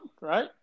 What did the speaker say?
right